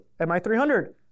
MI300